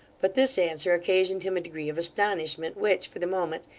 but this answer occasioned him a degree of astonishment, which, for the moment,